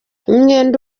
imyenda